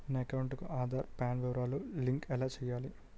నా అకౌంట్ కు ఆధార్, పాన్ వివరాలు లంకె ఎలా చేయాలి?